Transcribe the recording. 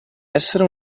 essere